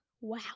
Wow